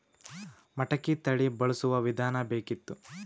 ಮಟಕಿ ತಳಿ ಬಳಸುವ ವಿಧಾನ ಬೇಕಿತ್ತು?